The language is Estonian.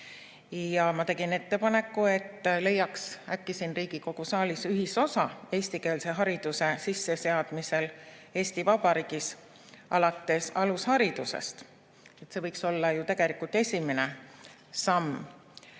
Ma tegin ettepaneku, et leiaks äkki siin Riigikogu saalis ühisosa eestikeelse hariduse sisseseadmisel Eesti Vabariigis alates alusharidusest. See võiks olla esimene samm.